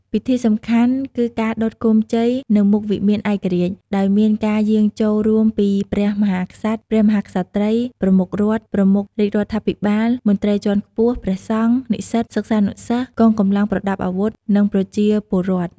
ពិធីសំខាន់គឺការដុត គោមជ័យ នៅមុខវិមានឯករាជ្យ ដោយមានការយាងចូលរួមពីព្រះមហាក្សត្រ ព្រះមហាក្សត្រី ប្រមុខរដ្ឋ ប្រមុខរាជរដ្ឋាភិបាល មន្ត្រីជាន់ខ្ពស់ ព្រះសង្ឃ និស្សិត សិស្សានុសិស្ស កងកម្លាំងប្រដាប់អាវុធ និងប្រជាពលរដ្ឋ។